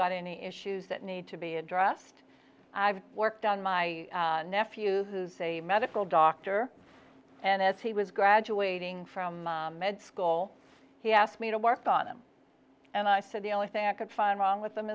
got any issues that need to be addressed i've worked on my nephew who's a medical doctor and as he was graduating from med school he asked me to work on him and i said the only thing i could find wrong with them